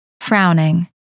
frowning